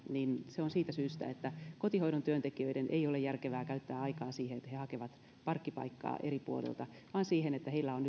se on siitä syystä että kotihoidon työntekijöiden ei ole järkevää käyttää aikaa siihen että he hakevat parkkipaikkaa eri puolilta vaan siihen että heillä on nyt